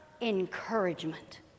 encouragement